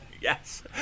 Yes